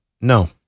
No